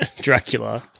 Dracula